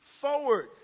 forward